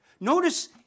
Notice